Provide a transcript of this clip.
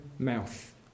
Mouth